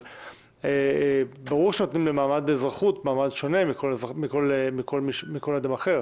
אבל ברור שנותנים למעמד האזרחות מעמד שונה מכל אדם אחר.